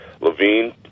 Levine